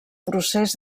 procés